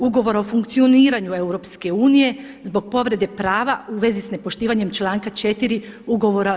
Ugovora o funkcioniranju EU zbog povrede prava u vezi s nepoštivanjem članka 4. Ugovora o EU.